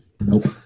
Nope